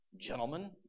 gentlemen